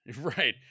right